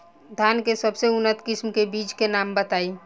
धान के सबसे उन्नत किस्म के बिज के नाम बताई?